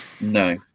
No